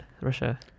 Russia